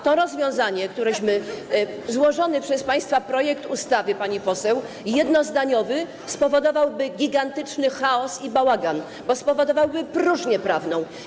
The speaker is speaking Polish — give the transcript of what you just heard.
A to rozwiązanie, ten złożony przez państwa projekt ustawy, pani poseł, jednozdaniowy, spowodowałby gigantyczny chaos i bałagan, bo spowodowałby próżnię prawną.